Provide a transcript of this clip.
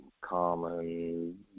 common